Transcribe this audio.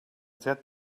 that